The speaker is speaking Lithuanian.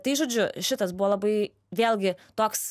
tai žodžiu šitas buvo labai vėlgi toks